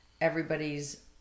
everybody's